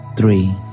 Three